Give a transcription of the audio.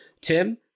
Tim